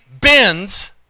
bends